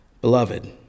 Beloved